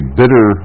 bitter